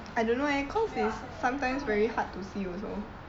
I don't know leh cause is sometimes very hard to see also